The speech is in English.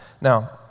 Now